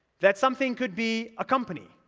that something could be a company.